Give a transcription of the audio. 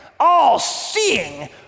all-seeing